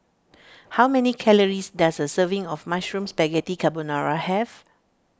how many calories does a serving of Mushroom Spaghetti Carbonara have